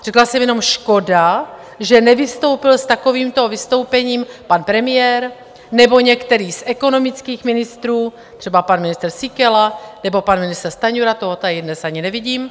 Řekla jsem jenom škoda, že nevystoupil s takovýmto vystoupením pan premiér nebo některý z ekonomických ministrů, třeba pan ministr Síkela nebo pan ministr Stanjura, toho tady dnes ani nevidím.